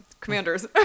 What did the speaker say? commanders